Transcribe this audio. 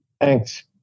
Thanks